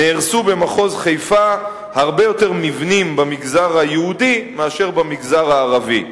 נהרסו במחוז חיפה הרבה יותר מבנים במגזר היהודי מאשר במגזר הערבי.